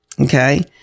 okay